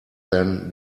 than